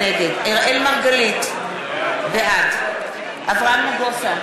נגד אראל מרגלית, בעד אברהם נגוסה,